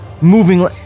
moving